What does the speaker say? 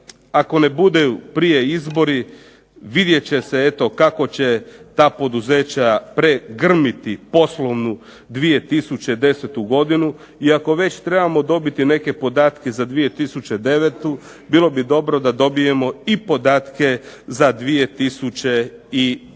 ako ne budu prije izbori, vidjet će se kako će se ta poduzeća pregrmiti poslovnu 2010. godinu iako već trebamo dobiti neke podatke za 2009. bilo bi dobro da dobijemo i podatke za 2010.